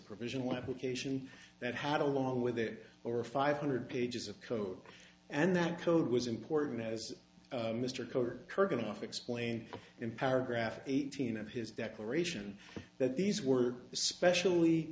provisional application that had along with it or five hundred pages of code and that code was important as mr carter kurgan off explained in paragraph eighteen of his declaration that these were specially